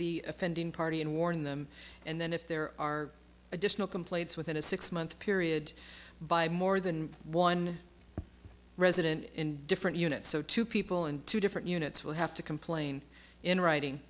the offending party and warn them and then if there are additional complaints within a six month period by more than one resident in different units so two people in two different units will have to complain in writing